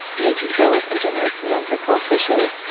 these zealous and generous men were called fishers,